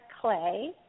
clay